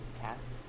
cast